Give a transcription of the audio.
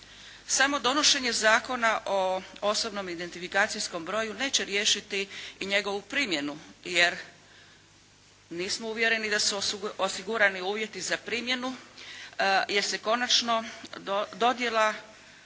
Samo donošenje zakona o osobnom identifikacijskom broju neće riješiti i njegovu primjenu, jer nismo uvjereni da su osigurani uvjeti za primjenu, jer se konačno dodjela